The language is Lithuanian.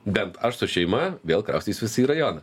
bent aš su šeima vėl kraustysiuos į rajoną